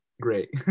great